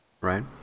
right